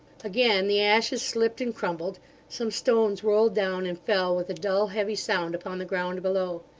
again the ashes slipped and crumbled some stones rolled down, and fell with a dull, heavy sound upon the ground below.